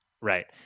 Right